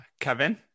Kevin